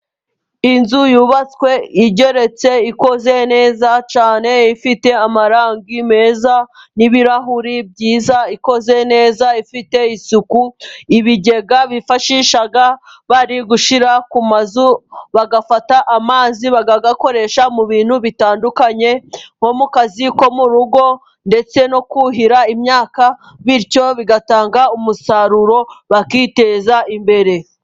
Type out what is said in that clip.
Inzu yubatswe igeretse, ikoze neza cyane, ifite amarangi meza n'ibirahuri byiza, ikoze neza ifite isuku. Ibigega bifashisha bari gushyira ku mazu, bagafata amazi bakayakoresha mu bintu bitandukanye, nko mu kazi ko mu rugo, ndetse no kuhira imyaka, bityo bigatanga umusaruro bakiteza imbere.